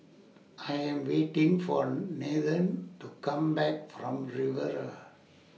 I Am waiting For Nathen to Come Back from Riviera